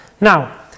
Now